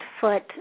foot